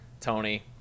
Tony